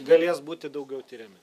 galės būti daugiau tiriami